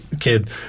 kid